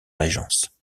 régence